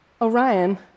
Orion